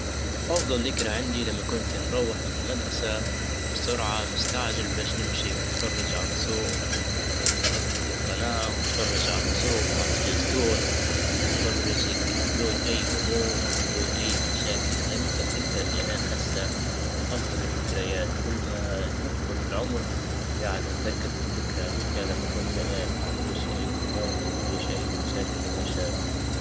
افضل ذكرى عندي لما كنت مروح من المدرسة بسرعة مستعجل باش نمشي ونتفرج على الرسوم هيك نفتح القناة ونتفرج على الرسوم على سبيس تون واتفرج هيك بدون اي هموم وبدون اي مشاكل هذي كالذكرى اللي انا احسها من افضل الذكريات، كل ما نكبر في العمر جاعد نذكر في الذكرى هذيكا لما كنت انا ما عنديش اي هموم ما عنديش اي مشاكل ومشاغل